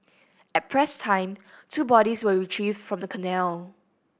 at press time two bodies were retrieved from the canal